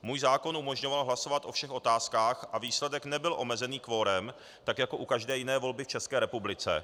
Můj zákon umožňoval hlasovat o všech otázkách a výsledek nebyl omezený kvorem, tak jako u každé jiné volby v České republice.